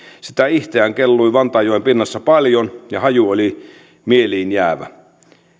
sitä ihteään kellui vantaanjoen pinnassa paljon ja haju oli mieliin jäävä